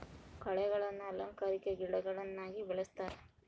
ಕಳೆಗಳನ್ನ ಅಲಂಕಾರಿಕ ಗಿಡಗಳನ್ನಾಗಿ ಬೆಳಿಸ್ತರೆ